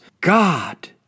God